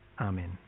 Amen